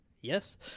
yes